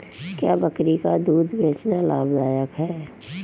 क्या बकरी का दूध बेचना लाभदायक है?